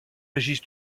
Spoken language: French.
régis